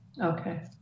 okay